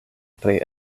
pri